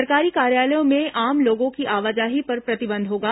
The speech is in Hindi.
सरकारी कार्यालयों में आम लोगों की आवाजाही पर प्रतिबंध होगा